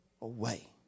away